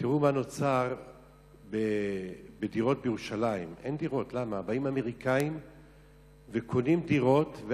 תראו מה נוצר בדירות בירושלים, אין דירות.